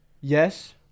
Yes